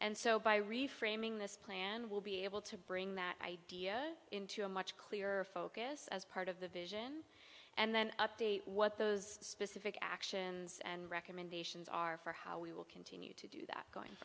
and so by reframing this plan will be able to bring that idea into a much clearer focus as part of the vision and then update what those specific actions and recommendations are for how we will continue to do that going